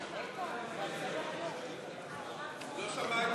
עוד פעם, כמה?